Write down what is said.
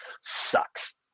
sucks